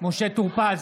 משה טור פז,